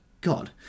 God